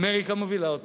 אמריקה מובילה אותה,